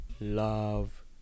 love